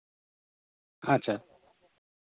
ᱟᱪᱪᱷᱟ